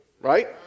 right